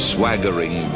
Swaggering